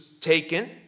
taken